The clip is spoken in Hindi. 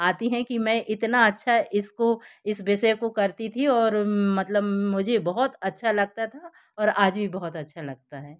आती हैं कि मैं इतना अच्छा इसको इस विषय को करती थी और मतलब मुझे बहुत अच्छा लगता था और आज भी बहुत अच्छा लगता है